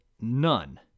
none